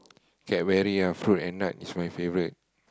Cadbury ah fruit and nut is my favourite